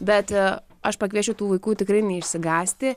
bet aš pakviečiau tų vaikų tikrai neišsigąsti